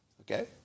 Okay